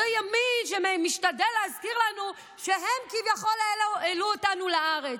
אותו ימין שמשתדל להזכיר לנו שהם כביכול העלו אותנו לארץ.